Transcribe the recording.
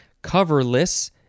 coverless